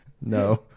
No